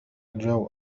الجو